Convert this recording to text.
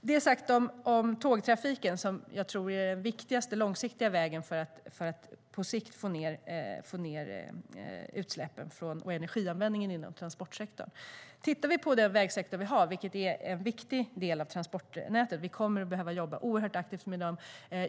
Jag tror att tågtrafiken är den viktigaste långsiktiga vägen för att få ned utsläppen från och energianvändningen inom transportsektorn på sikt. Den vägsektor vi har är en viktig del av transportnätet som vi kommer att behöva jobba oerhört aktivt med.